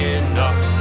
enough